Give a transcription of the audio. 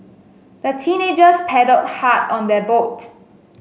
the teenagers paddled hard on their boat